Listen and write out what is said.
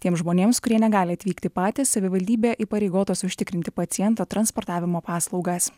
tiems žmonėms kurie negali atvykti patys savivaldybė įpareigotos užtikrinti paciento transportavimo paslaugas